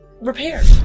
repaired